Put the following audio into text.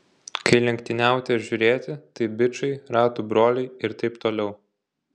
kai lenktyniauti ar žiūrėti tai bičai ratų broliai ir taip toliau